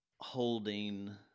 holding